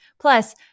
Plus